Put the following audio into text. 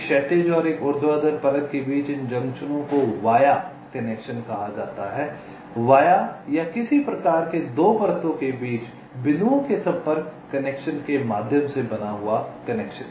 एक क्षैतिज और एक ऊर्ध्वाधर परत के बीच के इन जंक्शनों को वाया कनेक्शन कहा जाता है वाया या किसी प्रकार के २ परतों के बीच बिंदुओं के संपर्क कनेक्शन के माध्यम से बना हुआ कनेक्शन